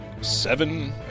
Seven